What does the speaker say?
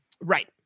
right